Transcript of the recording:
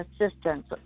assistance